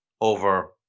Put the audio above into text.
over